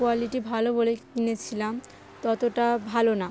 quality ভালো বলে কিনেছিলাম ততটা ভালো না